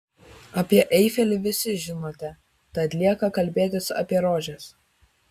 apie eifelį visi žinote tad lieka kalbėtis apie rožes